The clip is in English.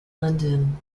london